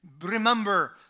remember